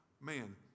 man